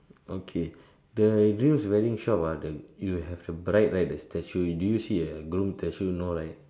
okay the real wedding shop ah the you have the bride right the statue do you see a groom statue no right